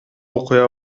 окуя